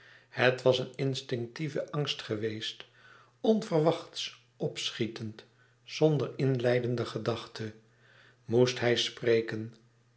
het was een instinctieve angst geweest onverwachts opschietend zonder inleidende gedachten moest hij spreken